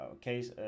case